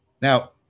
Now